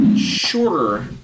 shorter